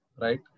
right